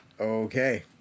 Okay